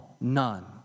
none